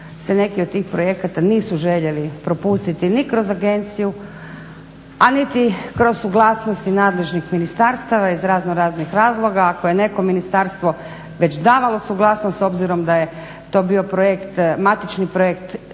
se neki od tih projekata nisu željeli propustiti ni kroz agenciju, a niti kroz suglasnosti nadležnih ministarstva. Iz razno raznih razloga, ako je neko ministarstvo već davalo suglasnost s obzirom da je to bio projekt,